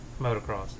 motocross